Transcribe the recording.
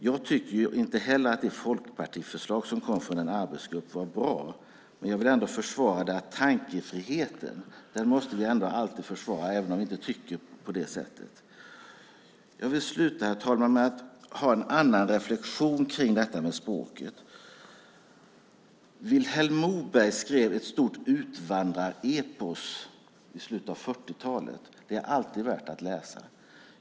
Jag tycker inte heller att det nya folkpartiförslag som nyligen kom från en arbetsgrupp var bra, men jag vill ändå försvara tankefriheten. Den måste vi ändå alltid försvara, även om vi inte tycker på det sättet. Jag vill sluta, herr talman, med en annan reflexion kring detta med språket. Vilhelm Moberg skrev ett stort utvandrarepos i slutet av 1940-talet. Det är alltid värt att läsa.